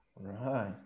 Right